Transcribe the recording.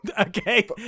okay